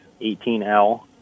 18L